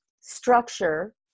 structure